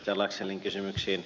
laxellin kysymyksiin